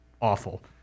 awful